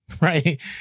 Right